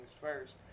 first